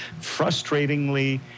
frustratingly